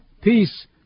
peace